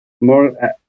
more